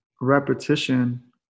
repetition